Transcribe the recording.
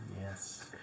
Yes